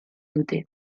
dute